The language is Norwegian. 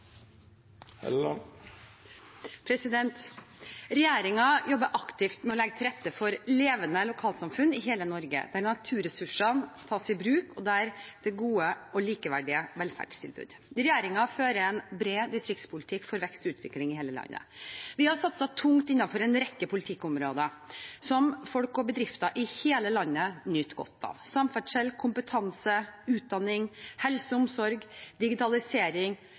rette for levende lokalsamfunn i hele Norge, der naturressursene tas i bruk, og der det er gode og likeverdige velferdstilbud. Regjeringen fører en bred distriktspolitikk for vekst og utvikling i hele landet. Vi har satset tungt innenfor en rekke politikkområder, som folk og bedrifter i hele landet nyter godt av: samferdsel, kompetanse, utdanning, helse og omsorg, digitalisering,